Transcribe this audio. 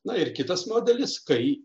na ir kitas modelis kai